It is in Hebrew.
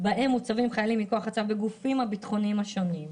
בהם מוצבים חיילים מכוח הצו בגופים הביטחוניים השונים.